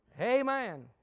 Amen